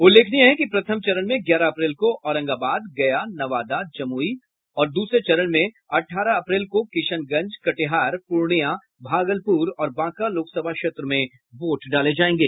उल्लेखनीय है कि प्रथम चरण में ग्यारह अप्रैल को औरंगाबाद गया नवादा जमुई और दूसरे चरण में अठारह अप्रैल को किशनगंज कटिहार पूर्णिया भागलपुर और बांका लोकसभा क्षेत्र में वोट डाले जाएंगे